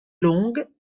longue